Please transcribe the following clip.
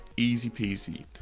easy peasy.